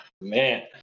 Man